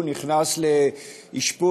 הוא נכנס לאשפוז,